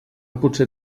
potser